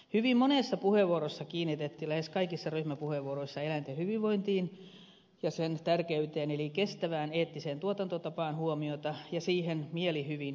hyvin monessa puheenvuorossa kiinnitettiin lähes kaikissa ryhmäpuheenvuoroissa eläinten hyvinvointiin ja sen tärkeyteen eli kestävään eettiseen tuotantotapaan huomiota ja siihen mielihyvin yhdyn